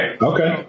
Okay